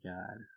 God